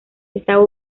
estaba